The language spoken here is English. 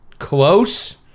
Close